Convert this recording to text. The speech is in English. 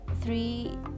three